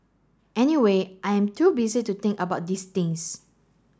anyway I am too busy to think about these things